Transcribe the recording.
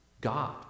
God